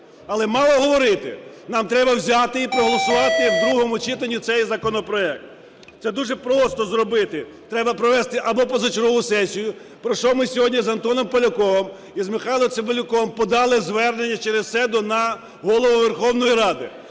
Але мало говорити, нам треба взяти і проголосувати в другому читанні цей законопроект. Це дуже просто зробити. Треба провести або позачергову сесію, про що ми сьогодні з Антоном Поляковим і з Михайлом Цимбалюком подали звернення через СЕДО на Голову Верховної Ради.